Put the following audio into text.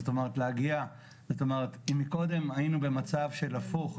אם מקודם היינו במצב הפוך,